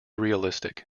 realistic